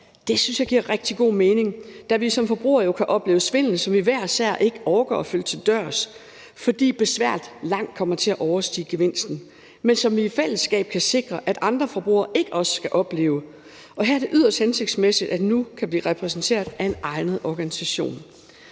jeg giver rigtig god mening, da vi som forbrugere jo kan opleve svindel, som vi hver især ikke orker at følge til dørs, fordi besværet langt kommer til at overstige gevinsten, men som vi i fællesskab kan sikre at andre forbrugere ikke også skal opleve. Her er det yderst hensigtsmæssigt, at man nu kan blive repræsenteret af en egnet organisation.